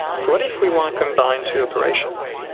so what if we want to combine two operations?